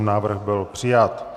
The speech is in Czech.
Návrh byl přijat.